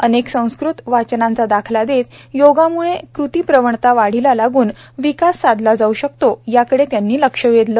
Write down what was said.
अनेक संस्कृत वचनांचा दाखला देत योगाम्ळे कृतीप्रवणता वाढीला लागून विकास साधला जाऊ शकतो याकडे त्यांनी लक्ष वेधलं